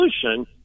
solution